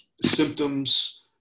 symptoms